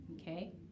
Okay